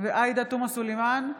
עאידה תומא סלימאן,